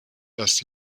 erste